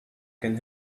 can